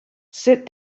sit